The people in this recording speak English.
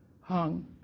hung